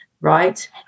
right